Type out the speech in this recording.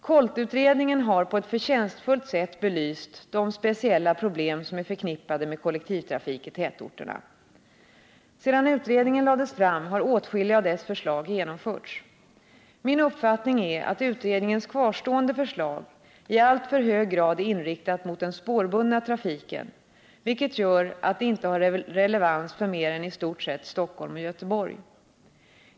KOLT-utredningen har på ett förtjänstfullt sätt belyst de speciella problem som är förknippade med kollektivtrafik i tätorterna. Sedan utredningen lades frara har åtskilliga av dess förslag genomförts. Min uppfattning är att utredningens kvarstående förslag i alltför hög grad är inriktade mot den spårbundna trafiken, vilket gör att de inte har relevans för mer än i stort sett Stockholm och Göteborg.